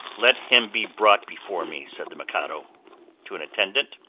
let him be brought before me, said the mikado to an attendant,